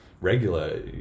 regular